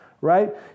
right